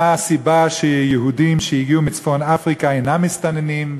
מה הסיבה שיהודים שהגיעו מצפון אפריקה אינם מסתננים,